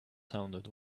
sounded